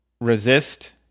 resist